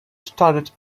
standard